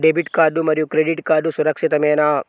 Debit card మరియు credit card సురక్షితమేనా?